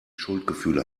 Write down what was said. schuldgefühle